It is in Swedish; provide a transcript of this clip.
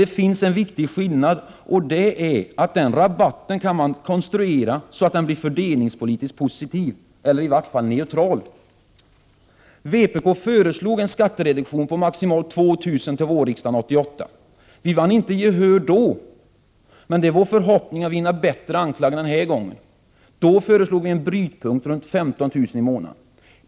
Det finns dock en viktig skillnad och det är att den rabatten kan konstrueras så att den blir fördelningspolitiskt positiv eller i varje fall neutral. Vpk föreslog en skattereduktion på maximalt 2 000 kr. till vårriksdagen 1988. Vi vann inte gehör då. Det är vår förhoppning att vinna bättre anklang denna gång. Då föreslog vi en brytpunkt runt 15 000 kr. i månaden.